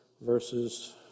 verses